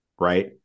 Right